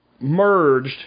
merged